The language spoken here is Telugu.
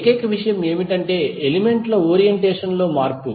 ఏకైక విషయం ఏమిటంటే ఎలిమెంట్ ల ఓరియంటేషన్ లో మార్పు